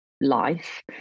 life